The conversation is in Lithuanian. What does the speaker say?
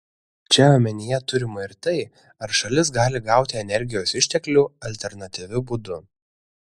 čia omenyje turima ir tai ar šalis gali gauti energijos išteklių alternatyviu būdu